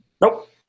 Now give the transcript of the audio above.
Nope